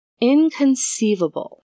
inconceivable